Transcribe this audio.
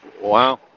Wow